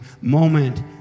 moment